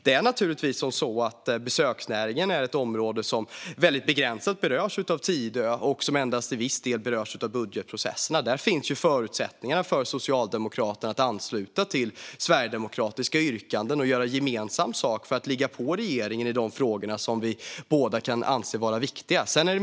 Det är naturligtvis så att besöksnäringen är ett område som väldigt begränsat berörs av Tidöavtalet och som endast till viss del berörs av budgetprocesserna. Där finns ju förutsättningar för Socialdemokraterna att ansluta sig till sverigedemokratiska yrkanden och göra gemensam sak för att ligga på regeringen i de frågor som båda partierna anser är viktiga.